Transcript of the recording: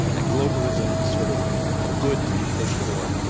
that globalism is sort of ah good to be pushed for,